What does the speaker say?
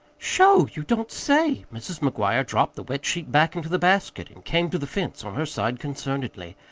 sho! you don't say! mrs. mcguire dropped the wet sheet back into the basket and came to the fence on her side concernedly.